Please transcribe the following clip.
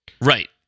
Right